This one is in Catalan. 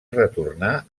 retornar